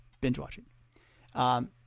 Binge-watching